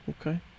okay